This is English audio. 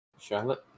Charlotte